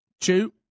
two